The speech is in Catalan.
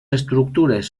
estructures